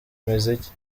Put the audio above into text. imiziki